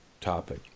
topic